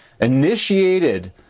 initiated